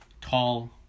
tall